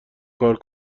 کار